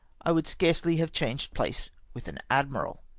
i would scarcely have changed place with an admii'al.